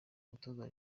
umutoza